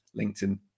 LinkedIn